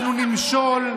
אנחנו נמשול,